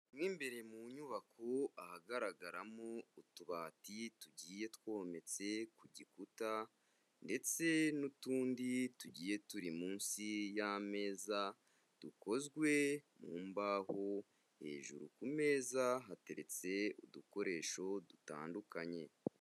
Mu imbere mu nyubako ahagaragaramo utubati tugiye twometse ku gikuta, ndetse n'utundi tugiye turi munsi y'ameza, dukozwe mu mbaho, hejuru ku meza hateretse udukoresho dutandukanye.